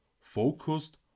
focused